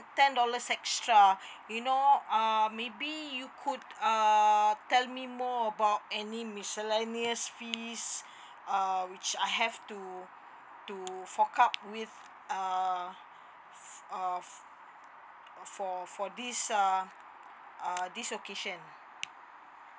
ten dollars extra you know uh maybe you could uh tell me more about any miscellaneous fees err which I have to to fork out with uh uh for for this err uh this occasion